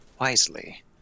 wisely